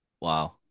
wow